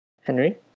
Henry